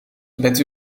bent